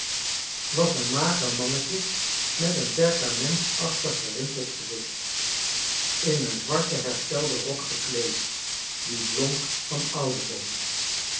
was een mager mannetje met een perkamentachtig gerimpeld gezicht in een zwarten herstelden rok gekleed die blonk van ouderdom